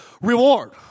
reward